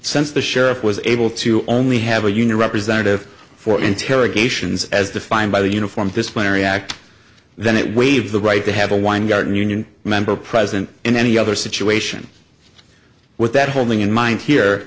since the sheriff was able to only have a union representative for interrogations as defined by the uniform disciplinary act then it waived the right to have a weingarten union member present in any other situation with that holding in mind here